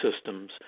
Systems